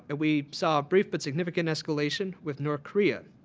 ah we saw a brief but significant exhalation with north korea.